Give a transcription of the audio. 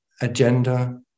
agenda